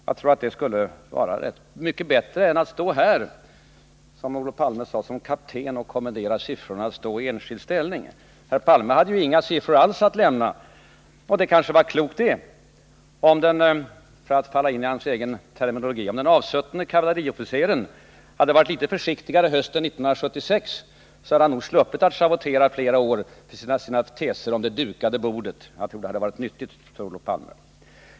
Jag tror att det skulle vara mycket bättre än att stå här och — som Olof Palme uttryckt det — som kapten kommendera siffrorna att stå i enskild ställning. Herr Palme hade inga siffror alls att lämna — och det kanske var klokt. Om —för att falla ini hans egen terminologi— den avsuttne kavalleriofficeren hade varit litet försiktigare hösten 1976, hade han sluppit schavottera flera år med sina teser om ”det dukade bordet”. Jag tror det hade varit nyttigt för Olof Palme.